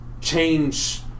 change